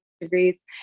degrees